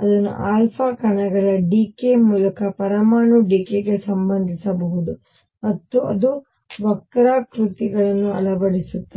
ಅದನ್ನು ಕಣಗಳ ಡಿಕೇ ಮೂಲಕ ಪರಮಾಣುಗಳ ಡಿಕೇ ಗೆ ಸಂಬಂಧಿಸಬಹುದು ಮತ್ತು ಅದು ವಕ್ರಾಕೃತಿಗಳನ್ನು ಅಳವಡಿಸುತ್ತದೆ